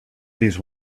these